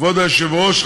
כבוד היושב-ראש.